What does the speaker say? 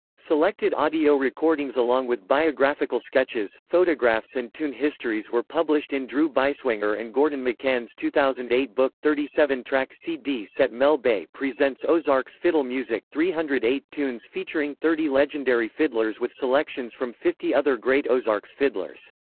selected audio recordings along with biographical sketches, photographs and tune histories were published in drew beisswenger and gordon mccann's two thousand and eight book thirty seven track cd set mel bay presents ozarks fiddle music three hundred and eight tunes featuring thirty legendary fiddlers with selections from fifty other great ozarks fiddlers.